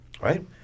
right